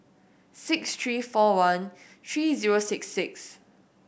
six three four one three zero six six